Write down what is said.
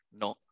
No